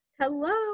Hello